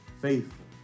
faithful